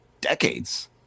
decades